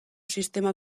sistema